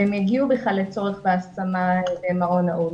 שהם יגיעו בכלל לצורך בהשמה למעון נעול.